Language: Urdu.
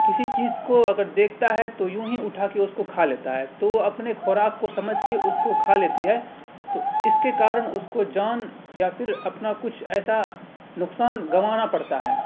کسی چیز کو اگر دیکھتا ہے تو یوں ہی اٹھا کے اس کو کھا لیتا ہے تو وہ اپنے خوراک کو سمجھ کے اس کو کھا لیتی ہے تو اس کے کارن اس کو جان یا پھر اپنا کچھ ایسا نقصان گنوانا پڑتا ہے